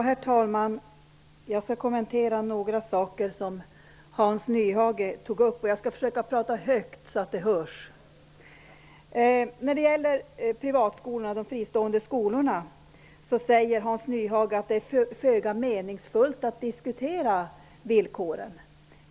Herr talman! Jag skall kommentera några saker som Hans Nyhage tog upp. Jag skall försöka att prata högt så att det hörs. När det gäller privatskolorna och de fristående skolorna säger Hans Nyhage att det är föga meningsfullt att diskutera villkoren.